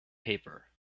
paper